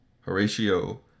Horatio